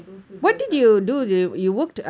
don't feel burnout quickly